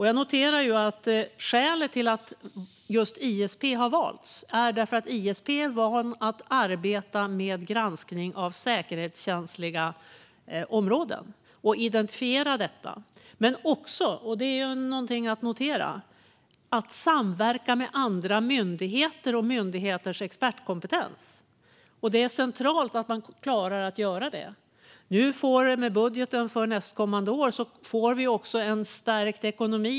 Jag noterar att skälet till att just ISP har valts är att de är vana att arbeta med granskning av säkerhetskänsliga områden och att identifiera sådana men också - detta bör noteras - samverka med andra myndigheter och deras expertkompetens. Det är centralt att man klarar att göra detta. Med budgeten för nästkommande år får vi en stärkt ekonomi.